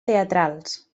teatrals